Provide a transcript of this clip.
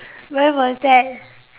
where was that